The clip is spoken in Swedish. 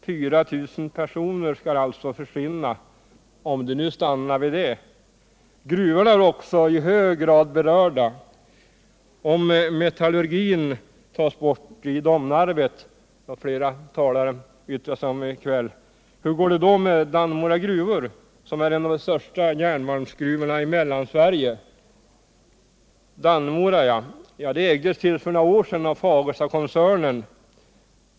4 000 personer skall alltså försvinna från företagen, om det nu stannar vid det. Också gruvorna är i hög grad berörda. Och om metallurgin tas bort i Domnarvet — den frågan har ju flera talare berört i kväll — hur går det då med Dannemora gruvor, som är en av de största gruvorna i Mellansverige? Apropå Dannemora gruvor så ägdes dessa till för några år sedan av Fagerstakoncernen.